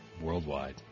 Worldwide